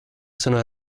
sono